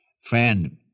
Friend